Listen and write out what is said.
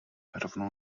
rovnou